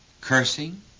cursing